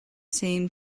same